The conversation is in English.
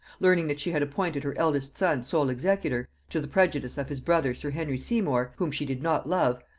learning that she had appointed her eldest son sole executor, to the prejudice of his brother sir henry seymour, whom she did not love,